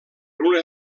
una